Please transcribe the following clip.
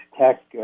tech